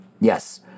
Yes